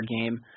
game